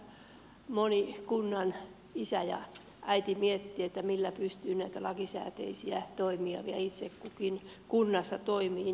siinä kyllä moni kunnan isä ja äiti miettii millä pystyy näitä lakisääteisiä toimia vielä itse kukin kunnassa hoitamaan